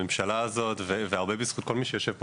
הממשלה הזאת והרבה בזכות כל מי שיושב פה